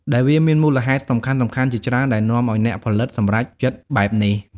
ដែលវាមានមូលហេតុសំខាន់ៗជាច្រើនដែលនាំឱ្យអ្នកផលិតសម្រេចចិត្តបែបនេះ។